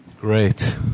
Great